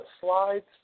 slides